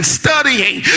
studying